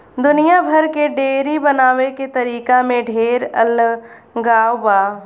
दुनिया भर के डेयरी बनावे के तरीका में ढेर अलगाव बा